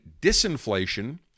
disinflation